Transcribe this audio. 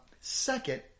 Second